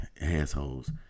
assholes